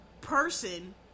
person